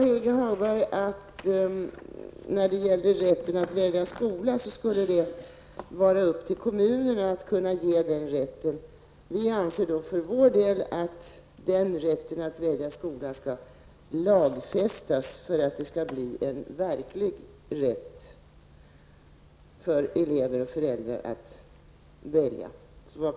Helge Hagberg sade också att det skulle vara kommunernas sak att ge kommuninvånarna rätten att välja skola. Vi anser för vår del att rätten att välja skola skall lagfästas för att elever och föräldrar skall ges en verklig rätt att välja.